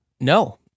No